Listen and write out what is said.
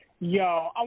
Yo